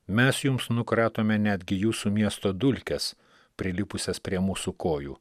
mes jums nukratome netgi jūsų miesto dulkes prilipusias prie mūsų kojų